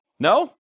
No